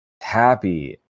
happy